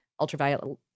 Ultraviolet